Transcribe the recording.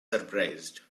surprised